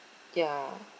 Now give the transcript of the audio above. ya